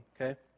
okay